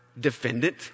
defendant